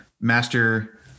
master